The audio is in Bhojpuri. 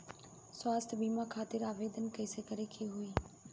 स्वास्थ्य बीमा खातिर आवेदन कइसे करे के होई?